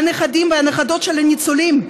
הנכדים והנכדות של הניצולים,